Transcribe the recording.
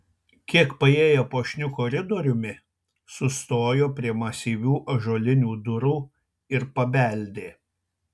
kiek paėję puošniu koridoriumi sustojo prie masyvių ąžuolinių durų ir pabeldė